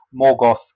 Morgoth